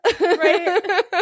Right